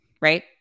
right